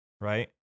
right